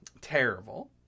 terrible